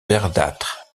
verdâtres